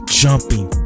jumping